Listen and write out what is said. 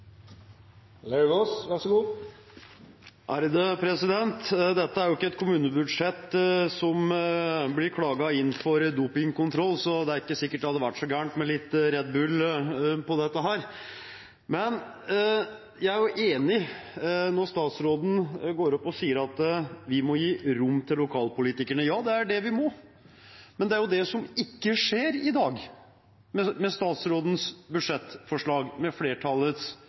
ikke et kommunebudsjett som blir klaget inn for dopingkontroll, så det er ikke sikkert det hadde vært så galt med litt Redbull i dette her. Jeg er enig når statsråden går opp og sier at vi må gi rom til lokalpolitikerne. Ja, det er det vi må. Men det er det som ikke skjer i dag med statsrådens budsjettforslag og med flertallets